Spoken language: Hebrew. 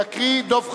יקריא דב חנין.